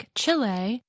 Chile